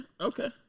okay